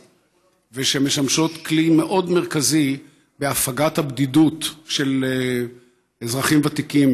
ושמשמשות כלי מאוד מרכזי בהפגת הבדידות של אזרחים ותיקים,